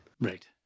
Right